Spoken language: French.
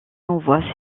envoie